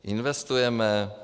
Investujeme.